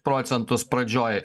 procentus pradžioj